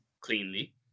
cleanly